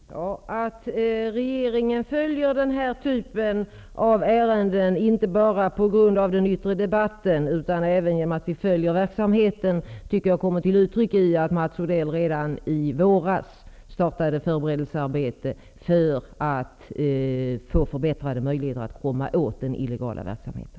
Herr talman! Att regeringen inte följer den här typen av ärenden bara på grund av den yttre debatten, utan att det är på grund av verksamheten som vi följer dem, tycker jag kommer till uttryck i att Mats Odell redan i våras startade ett förberedelsearbete för att få förbättrade möjligheter att komma åt den illegala verksamheten.